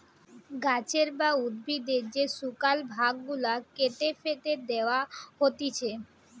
গাছের বা উদ্ভিদের যে শুকল ভাগ গুলা কেটে ফেটে দেয়া হতিছে